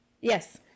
Yes